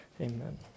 Amen